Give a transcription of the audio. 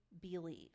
believe